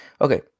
okay